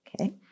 Okay